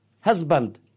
husband